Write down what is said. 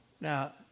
Now